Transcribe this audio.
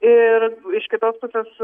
ir iš kitos pusės